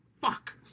Fuck